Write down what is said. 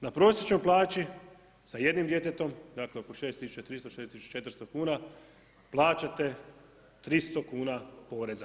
Na prosječnoj plaći sa jednim djetetom, dakle oko 6300, 6400 kuna plaćate 300 kuna poreza.